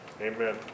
Amen